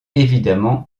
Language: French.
évidemment